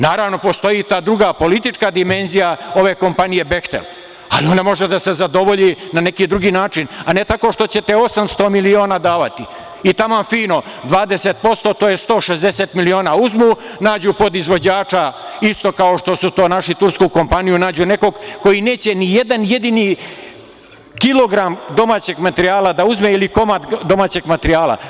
Naravno, postoji i ta druga politička dimenzija te kompanije „Behtel“, ali ona može da se zadovolji na neki drugi način, a ne tako što ćete 800 miliona davati i taman fino 20%, 160 miliona uzmu, nađu podizvođača isto kao što su našli tursku kompaniju, nađu nekog ko neće ni jedan jedini kilogram domaćeg materijala da uzme ili komad domaćeg materijala.